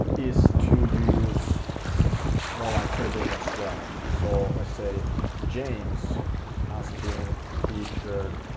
is to use more like credibility does well, so let's say james has been featured